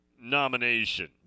nomination